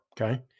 Okay